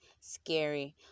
scary